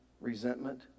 resentment